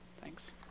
Thanks